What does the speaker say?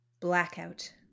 Blackout